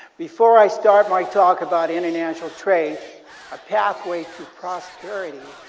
before i start my talk about international trade a pathway to pros sparity,